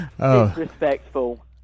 Disrespectful